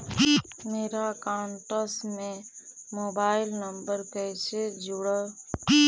मेरा अकाउंटस में mobile number कैसे जुड़उ?